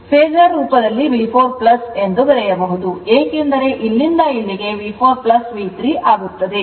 phasor ರೂಪದಲ್ಲಿ V4 ಎಂದು ಬರೆಯಬಹುದು ಏಕೆಂದರೆ ಇಲ್ಲಿಂದ ಇಲ್ಲಿಗೆ V4 V3 ಆಗುತ್ತದೆ